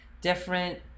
different